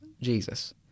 Jesus